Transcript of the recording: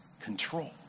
control